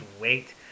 wait